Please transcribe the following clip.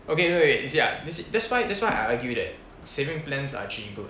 okay wait wait wait you see ah that's why that's why I argue that saving plans are actually good